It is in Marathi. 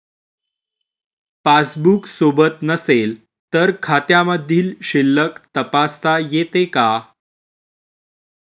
पासबूक सोबत नसेल तर खात्यामधील शिल्लक तपासता येते का?